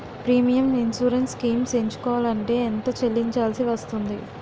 Premium insurance schemes ఎంచుకోవలంటే ఎంత చల్లించాల్సివస్తుంది??